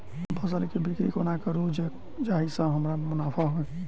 हम फसल केँ कोना बिक्री करू जाहि सँ हमरा मुनाफा होइ?